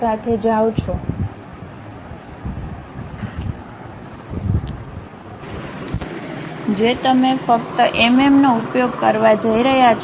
સાથે જાઓ છો જે તમે ફક્ત એમએમ નો ઉપયોગ કરવા જઇ રહ્યા છો